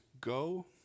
Go